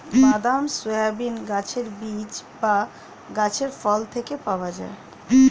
বাদাম, সয়াবিন গাছের বীজ বা গাছের ফল থেকে পাওয়া যায়